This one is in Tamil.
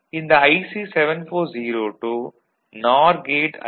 இந்த IC 7402 நார் கேட் ஐ